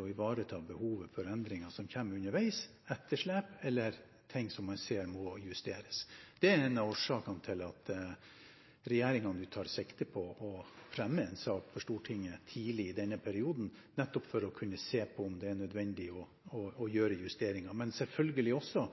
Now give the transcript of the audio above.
å ivareta behovet for endringer som kommer underveis, etterslep eller ting som man ser må justeres. Det er en av årsakene til at regjeringen nå tar sikte på å fremme en sak for Stortinget tidlig i denne perioden, nettopp for å kunne se på om det er nødvendig å gjøre justeringer, men selvfølgelig også